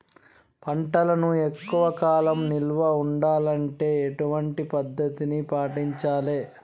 పంటలను ఎక్కువ కాలం నిల్వ ఉండాలంటే ఎటువంటి పద్ధతిని పాటించాలే?